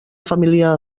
família